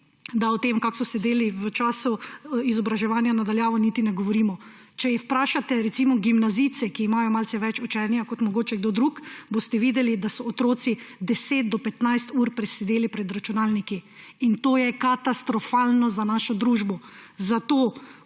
da o tem, kako so sedeli v času izobraževanja na daljavo, niti ne govorimo. Če vprašate recimo gimnazijce, ki imajo malo več učenja kot mogoče kdo drug, boste videli, da so otroci od 10 do 15 ur presedeli pred računalniki, in to je katastrofalno za našo družbo. Zato